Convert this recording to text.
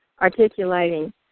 articulating